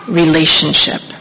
relationship